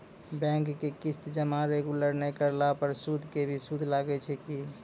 Bank के किस्त जमा रेगुलर नै करला पर सुद के भी सुद लागै छै कि?